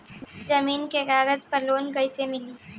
जमीन के कागज पर लोन कइसे मिली?